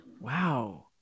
Wow